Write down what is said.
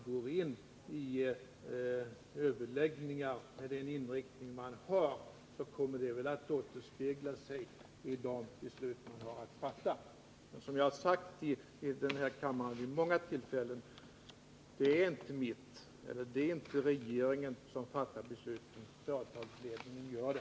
Som jag har sagt här i kammaren vid många tillfällen: Det är inte regeringen som fattar besluten. Företagsledningen gör det.